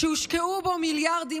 שהושקעו בו מיליארדים,